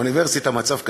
האוניברסיטה במצב קשה.